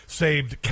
saved